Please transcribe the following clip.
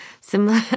similar